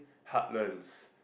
heartlands